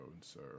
sir